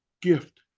gift